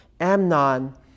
Amnon